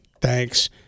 Thanks